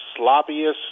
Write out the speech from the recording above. sloppiest